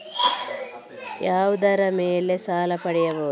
ಯಾವುದರ ಮೇಲೆ ಸಾಲ ಪಡೆಯಬಹುದು?